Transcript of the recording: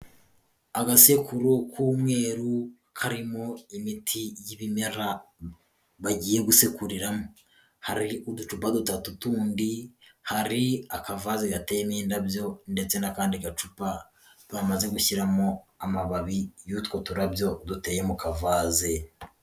Agasekuru k'umweru karimo imiti y'ibimera bagiye gusekuriramo, hari uducupa dutatu tundi, hari akavaze gateyewemo indabyo ndetse n'akandi gacupa bamaze gushyiramo amababi y'utwo turabyo duteye mu kavaze.